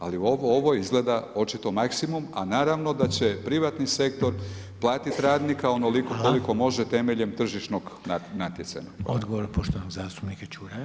Ali ovo izgleda očito maksimum, a naravno da će privatni sektor platiti radnika onoliko koliko može temeljem tržišnog natjecanja.